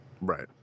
right